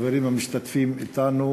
לחברים המשתתפים אתנו.